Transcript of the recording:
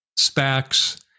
SPACs